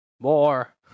More